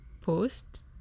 post